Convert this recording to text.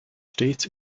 stets